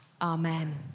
Amen